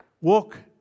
walk